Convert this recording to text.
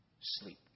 Sleep